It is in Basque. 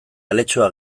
aletxoa